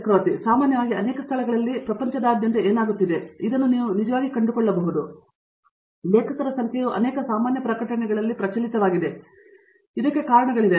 ಚಕ್ರವರ್ತಿ ಸಾಮಾನ್ಯವಾಗಿ ಅನೇಕ ಸ್ಥಳಗಳಲ್ಲಿ ಪ್ರಪಂಚದಾದ್ಯಂತ ಏನಾಗುತ್ತಿದೆ ಮತ್ತು ನೀವು ನಿಜವಾಗಿ ಇದನ್ನು ಕಂಡುಕೊಳ್ಳಬಹುದು ಲೇಖಕರ ಸಂಖ್ಯೆಯು ಅನೇಕ ಸಾಮಾನ್ಯ ಪ್ರಕಟಣೆಗಳಲ್ಲಿ ಪ್ರಚಲಿತವಾಗಿದೆ ಮತ್ತು ಇದಕ್ಕೆ ಕಾರಣಗಳಿವೆ